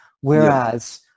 whereas